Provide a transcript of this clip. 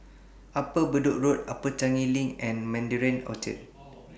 Upper Bedok Road Upper Changi LINK and Mandarin Orchard